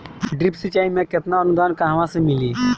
Drip सिंचाई मे केतना अनुदान कहवा से मिली?